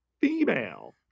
female